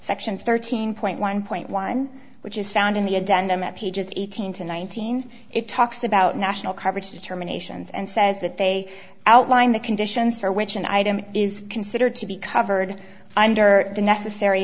section thirty point one point one which is found in the adenoma pages eighteen to nineteen it talks about national coverage terminations and says that they outlined the conditions for which an item is considered to be covered under the necessary